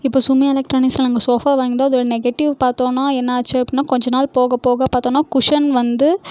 இப்போ சுமி எலக்ட்ரானிக்ஸில் நாங்கள் ஸோஃபா வாங்கியிருந்தோம் அதோட நெகட்டிவ் பார்த்தோம்னா என்னாச்சு அப்படினா கொஞ்ச நாள் போக போக பார்த்தோம்னா குஷன் வந்து